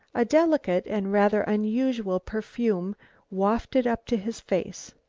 a delicate and rather unusual perfume wafted up to his face.